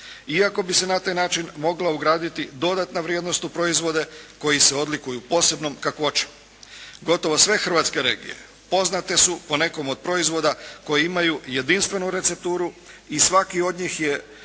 iako bi se na taj način mogla ugraditi dodatna vrijednost u proizvode koji se odlikuju posebnom kakvoćom. Gotovo sve hrvatske regije poznate su po nekom od proizvoda koji imaju jedinstvenu recepturu i svaki od njih je